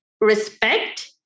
respect